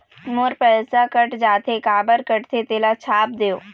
मोर पैसा कट जाथे काबर कटथे तेला छाप देव?